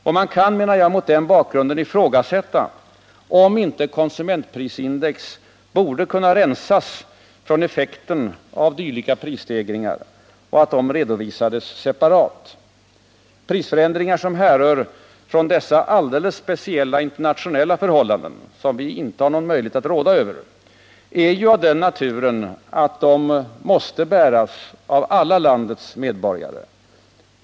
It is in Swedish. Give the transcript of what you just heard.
Det kan, menar jag, mot den bakgrunden ifrågasättas om inte konsumentprisindex borde kunna rensas från effekten av dylika prisstegringar och att de redovisades separat. Prisförändringar som härrör från dessa alldeles speciella internationella förhållanden, som vi inte har någon möjlighet att råda över, är ju av den naturen att de måste bäras av alla landets medborgare.